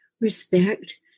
respect